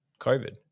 COVID